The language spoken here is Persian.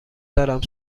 دارم